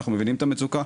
אנחנו מבינים את המצוקה,